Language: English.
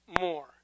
more